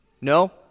No